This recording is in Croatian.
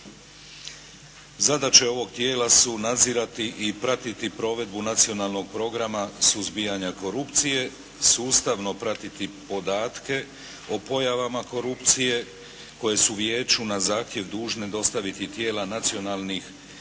Zadaća ovog tijela su nadzirati i pratiti provedbu nacionalnog programa suzbijanja korupcije, sustavno pratiti podatke o pojavama korupcije koje su vijeću na zahtjev dužna dostaviti tijela nacionalnim